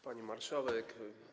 Pani Marszałek!